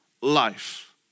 life